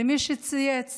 למי שצייץ